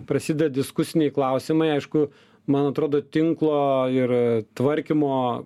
prasideda diskusiniai klausimai aišku man atrodo tinklo ir tvarkymo